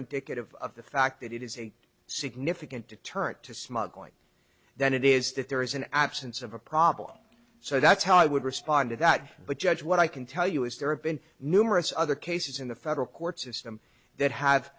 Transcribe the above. indicative of the fact that it is a significant deterrent to smuggling than it is that there is an absence of a problem so that's how i would respond to that but judge what i can tell you is there have been numerous other cases in the federal court system that have